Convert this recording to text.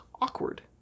awkward